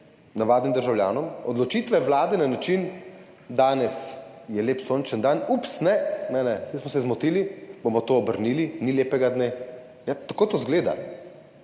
lahko spremljati odločitve Vlade na način, danes je lep sončen dan, ups, ne, ne, saj smo se zmotili, bomo to obrnili, ni lepega dne. Tako to izgleda,